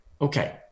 okay